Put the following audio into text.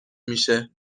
میشه